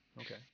okay